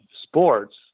sports